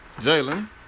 Jalen